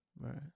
Right